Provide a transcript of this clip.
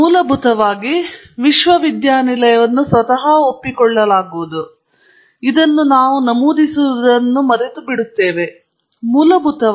ಮೂಲಭೂತವಾಗಿ ವಿಶ್ವವಿದ್ಯಾನಿಲಯವನ್ನು ಸ್ವತಃ ಒಪ್ಪಿಕೊಳ್ಳಲಾಗುವುದು ಇದನ್ನು ನಾವು ನಮೂದಿಸುವುದನ್ನು ಮರೆತುಬಿಡುತ್ತೇವೆ ಮತ್ತು ನಾವೇ ಅದನ್ನು ಮರೆತುಬಿಡುತ್ತೇವೆ ಎಂದು ನಾನು ಭಾವಿಸುತ್ತೇನೆ